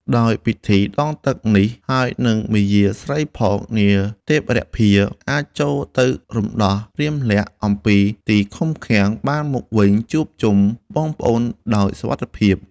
ដោយពិធីដងទឹកនេះ ហើយនិងមាយាស្រីផង នាងទេពរម្ភាអាចចូលទៅរំដោះរាមលក្សណ៍អំពីទីឃុំឃាំង បានមកវិញជួបជុំបងប្អូនដោយសុវត្ថិភាព។